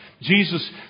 Jesus